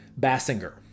Basinger